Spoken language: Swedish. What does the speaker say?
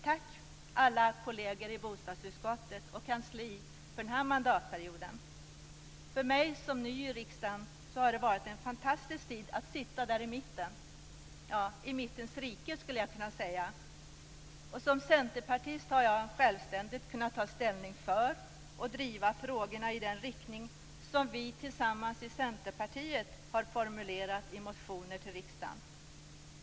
Tack alla kolleger i bostadsutskottet och kansli för denna mandatperiod! För mig som ny i riksdagen har det varit en fantastisk tid att sitta där i mitten - i mittens rike, skulle jag kunna säga. Som centerpartist har jag självständigt kunnat ta ställning för och driva frågorna i den riktning som vi tillsammans i Centerpartiet har formulerat i motioner till riksdagen.